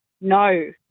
No